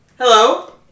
Hello